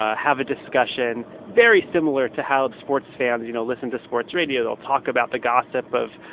ah have a discussion, very similar to how sports fans, you know, listen to sports radio. they'll talk about the gossip of,